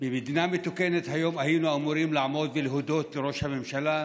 במדינה מתוקנת היום היינו אמורים לעמוד ולהודות לראש הממשלה,